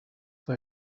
for